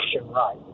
right